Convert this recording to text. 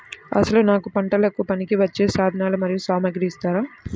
అసలు నాకు పంటకు పనికివచ్చే సాధనాలు మరియు సామగ్రిని ఇస్తారా?